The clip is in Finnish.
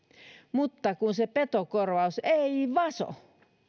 mutta kun se petokorvaus ei vaso